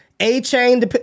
A-chain